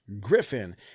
Griffin